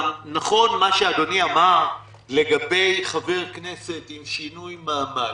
גם נכון מה שאדוני אמר לגבי חבר כנסת עם שינוי מעמד.